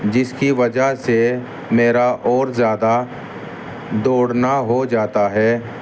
جس کی وجہ سے میرا اور زیادہ دوڑنا ہو جاتا ہے